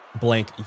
Blank